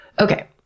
Okay